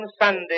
Sunday